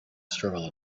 struggle